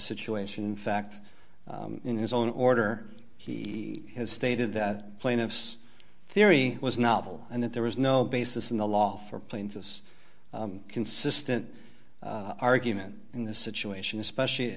situation in fact in his own order he has stated that plaintiff's theory was novel and that there was no basis in the law for plaintiff's consistent argument in this situation especially